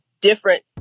different